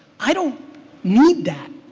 i don't need that.